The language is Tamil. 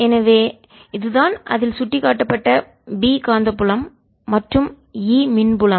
எனவே இதுதான் அதில் சுட்டிக்காட்டப்பட்ட B காந்தப்புலம் மற்றும் E மின் புலம்